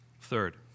Third